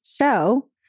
show